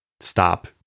stop